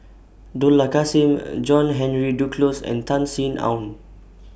Dollah Kassim John Henry Duclos and Tan Sin Aun